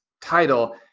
title